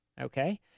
Okay